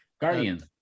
Guardians